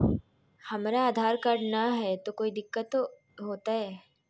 हमरा आधार कार्ड न हय, तो कोइ दिकतो हो तय?